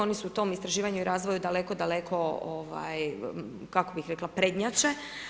Oni su tom istraživanju i razvoju daleko, daleko kako bih rekla prednjače.